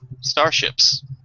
starships